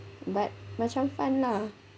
but macam fun lah